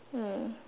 mm